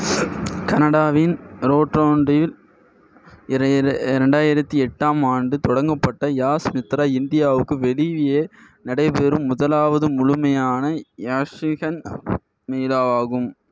கனடாவின் ரோட்ரோண்டில் ரெண்டாயிரத்து எட்டாம் ஆண்டு தொடங்கப்பட்ட யாஸ்மித்ரா இந்தியாவுக்கு வெளியே நடைபெறும் முதலாவது முழுமையான யாஷிகன் மேளாவாகும்